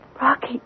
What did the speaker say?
Rocky